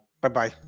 Bye-bye